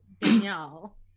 Danielle